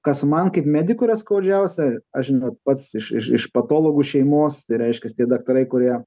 kas man kaip medikui yra skaudžiausia aš žinot pats iš iš iš patologų šeimos tai reiškias tie daktarai kurie